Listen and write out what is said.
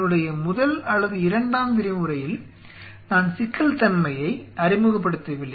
என்னுடைய முதல் அல்லது இரண்டாம் விரிவுரையில் நான் சிக்கல்தன்மையை அறிமுகப்படுத்தவில்லை